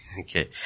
Okay